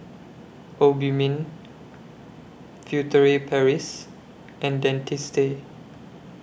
Obimin Furtere Paris and Dentiste